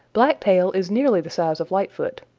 blacktail is nearly the size of lightfoot.